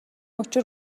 учир